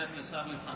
אפשר לתת לשר לפניי?